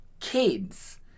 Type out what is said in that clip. kids